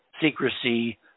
secrecy